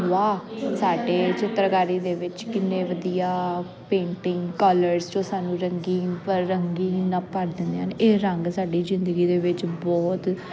ਵਾਹ ਸਾਡੇ ਚਿੱਤਰਕਾਰੀ ਦੇ ਵਿੱਚ ਕਿੰਨੇ ਵਧੀਆ ਪੇਂਟਿੰਗ ਕਲਰਸ ਜੋ ਸਾਨੂੰ ਰੰਗੀਨ ਭਰ ਰੰਗੀਨ ਨਾਲ ਭਰ ਦਿੰਦੇ ਹਨ ਇਹ ਰੰਗ ਸਾਡੀ ਜ਼ਿੰਦਗੀ ਦੇ ਵਿੱਚ ਬਹੁਤ